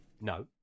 no